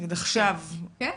כן,